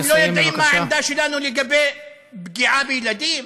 אתם לא יודעים מה העמדה שלנו לגבי פגיעה בילדים?